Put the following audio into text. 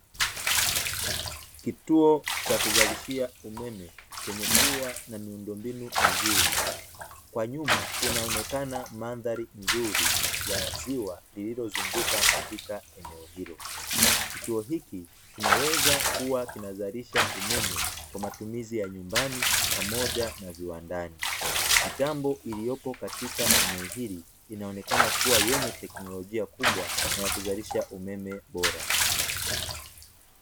Kituo cha kuzalishia umeme chenye kuwa na miundombinu mizuri kwa nyuma inaonekana mandhari nzuri ya ziwa lililozunguka katika eneo hilo, hiki kinaweza kuwa kinazalisha umeme kwa matumizi ya nyumbani pamoja na viwandani mitambo iliyopo katika eneo hili inaonekana kuwa yenye teknolojia kubwa na ya kuzalisha umeme bora.